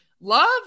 love